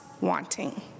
wanting